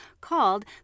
called